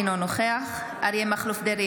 אינו נוכח אריה מכלוף דרעי,